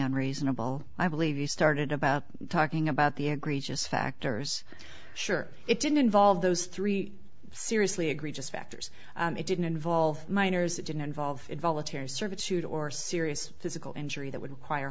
unreasonable i believe you started about talking about the agree just factors sure it didn't involve those three seriously agree just factors it didn't involve minors it didn't involve involuntary servitude or serious physical injury that would require